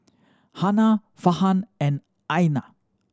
Hana Farhan and Aina